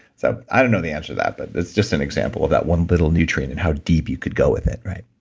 so i don't know the answer to that, but it's just an example of that one little nutrient and how deep you could go with it, right?